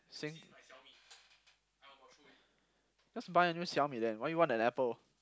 Sing~ just buy a new Xiaomi then why you want an Apple